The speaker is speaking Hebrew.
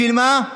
אפילו אתה